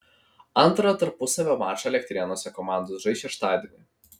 antrą tarpusavio mačą elektrėnuose komandos žais šeštadienį